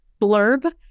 blurb